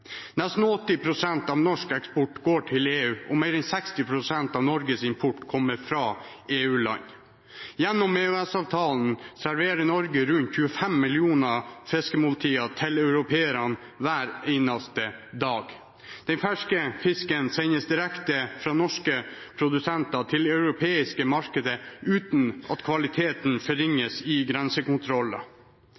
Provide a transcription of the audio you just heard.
Nesten 80 pst. av norsk eksport går til EU, og mer enn 60 pst. av Norges import kommer fra EU-land. Gjennom EØS-avtalen serverer Norge rundt 25 millioner fiskemåltider til europeerne hver eneste dag. Den ferske fisken sendes direkte fra norske produsenter til det europeiske markedet uten at kvaliteten